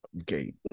Okay